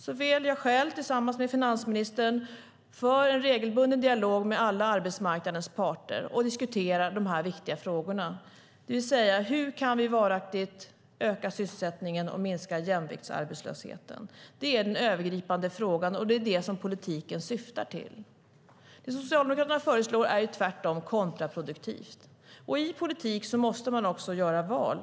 Såväl jag själv som finansministern för en regelbunden dialog med alla arbetsmarknadens parter och diskuterar dessa viktiga frågor, det vill säga: Hur kan vi varaktigt öka sysselsättningen och minska jämviktsarbetslösheten? Det är den övergripande frågan, och det är det som politiken syftar till. Det som Socialdemokraterna föreslår är tvärtom kontraproduktivt. I politik måste man göra val.